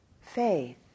faith